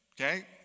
okay